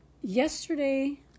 Yesterday